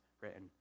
written